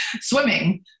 swimming